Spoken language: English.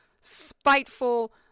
spiteful